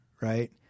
right